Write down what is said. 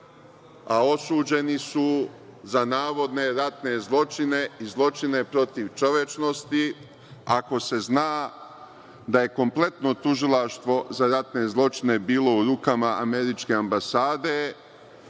a osuđeni su za navodne ratne zločine i zločine protiv čovečnosti, ako se zna da je kompletno tužilaštvo za ratne zločine bilo u rukama američke ambasade,